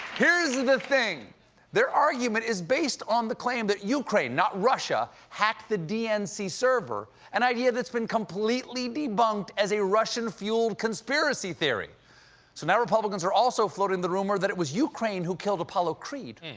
here's the the thing their argument is based on the claim that ukraine, not russia, hacked the d n c. server, an idea that's been completely debunked as a russian-fueled conspiracy theory. so now republicans are also floating the rumor that it was ukraine who killed apollo creed,